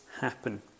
happen